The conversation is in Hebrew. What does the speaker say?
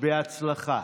בהצלחה.